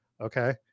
Okay